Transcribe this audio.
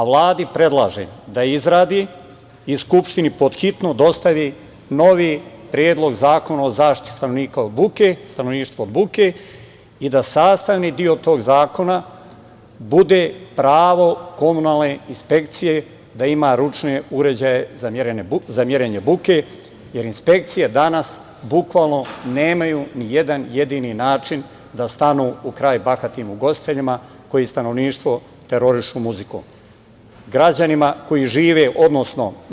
Vladi predlažem da izradi i Skupštini hitno dostavi novi predlog zakona o zaštiti stanovništva od buke i da sastavni deo tog zakona bude pravo komunalne inspekcije da ima ručne uređaje za merenje buke, jer inspekcije danas bukvalno nemaju nijedan jedini način da stanu u kraj bahatim ugostiteljima koji stanovništvo terorišu muzikom, građanima koji žive tu.